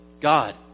God